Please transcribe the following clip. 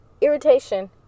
irritation